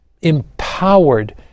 empowered